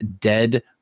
dead